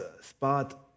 spot